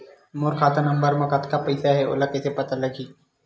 मोर खाता नंबर मा कतका पईसा हे ओला कइसे पता लगी?